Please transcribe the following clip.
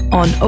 on